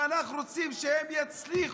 ואנחנו רוצים שהן יצליחו.